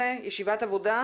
ישיבת עבודה